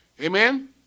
Amen